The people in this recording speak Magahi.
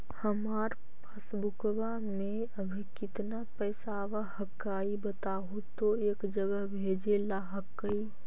हमार पासबुकवा में अभी कितना पैसावा हक्काई बताहु तो एक जगह भेजेला हक्कई?